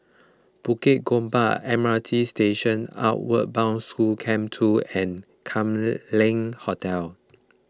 Bukit Gombak M R T Station Outward Bound School Camp two and Kam Leng Hotel